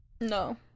No